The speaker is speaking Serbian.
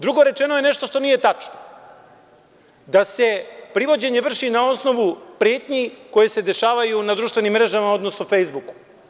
Drugo, rečeno je nešto što nije tačno, da se privođenje vrši na osnovu pretnji koje se dešavaju na društvenim mrežama, odnosno fejsbuku.